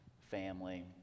family